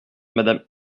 madame